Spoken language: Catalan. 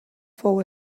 fou